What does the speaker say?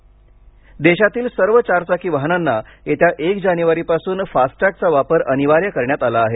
fast tag देशातील सर्व चारचाकी वाहनांना येत्या एक जानेवारी पासून फास्ट टॅगचा वापर अनिवार्य करण्यात आला आहे